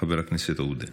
חבר הכנסת עודה.